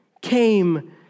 came